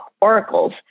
Oracle's